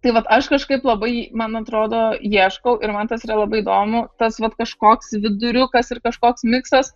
tai vat aš kažkaip labai man atrodo ieškau ir man tas yra labai įdomu tas vat kažkoks viduriukas ir kažkoks miksas